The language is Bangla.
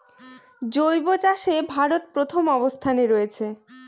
জৈব চাষে ভারত প্রথম অবস্থানে রয়েছে